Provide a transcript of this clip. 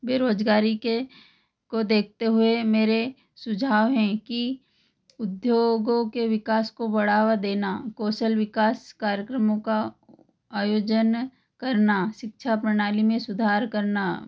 बेरोजगारी के को देखते हुए मेरे सुझाव हैं कि उद्योगों के विकास को बढ़ावा देना कौशल विकास कार्यक्रमों का आयोजन करना शिक्षा प्रणाली में सुधार करना